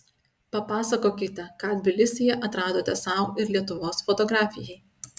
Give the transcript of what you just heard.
papasakokite ką tbilisyje atradote sau ir lietuvos fotografijai